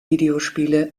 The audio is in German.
videospiele